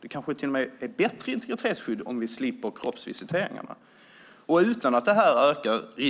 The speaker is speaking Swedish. Det kanske till och med blir bättre integritetsskydd om vi slipper kroppsvisiteringarna. Om inte hälsoriskerna ökar och om det